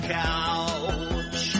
couch